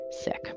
sick